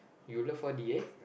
you look for D_A